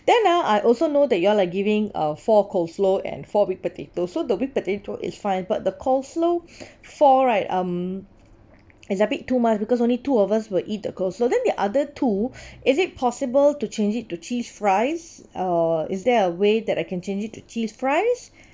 then ah I also know that you all are giving uh four coleslaw and four whipped potato so the whipped potato is fine but the coleslaw four right um it's a bit too much because only two of us will eat the coleslaw then the other two is it possible to change it to cheese fries uh is there a way that I can change it to cheese fries